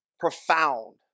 Profound